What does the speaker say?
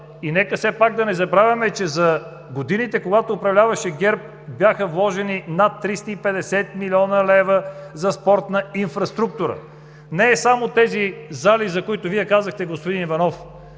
база. Нека не забравяме, че за годините, когато управляваше ГЕРБ, бяха вложени над 350 млн. лв. за спортна инфраструктура. Не са само тези зали, за които Вие казахте, господин Иванов.